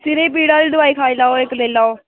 सिरे दी पीड़ा आह्ली दवाई खाई लैओ इक्क ली लैओ